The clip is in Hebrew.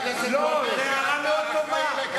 זאת הערה מאוד טובה.